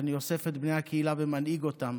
אני אוסף את בני הקהילה ומנהיג אותם.